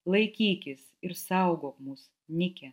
laikykis ir saugok mus nike